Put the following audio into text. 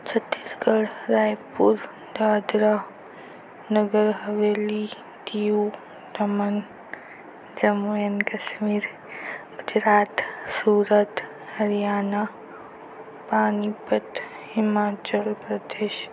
Chhattisgarh Raipur Dadra Nagar Haveli Diu Daman Jammu and Kashmir Gujarat Surat Haryana Panipat Himachal Pradesh